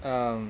um